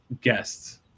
guests